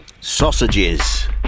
Sausages